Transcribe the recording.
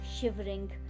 shivering